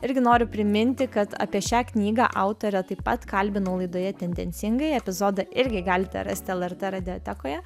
irgi noriu priminti kad apie šią knygą autorę taip pat kalbino laidoje tendencingai epizodą irgi galite rasti lrt radijotekoje